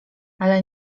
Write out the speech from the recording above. ale